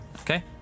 Okay